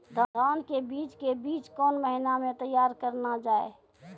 धान के बीज के बीच कौन महीना मैं तैयार करना जाए?